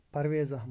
Parvez Ahmad